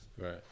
Right